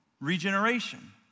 Regeneration